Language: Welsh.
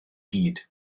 gyd